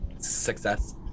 success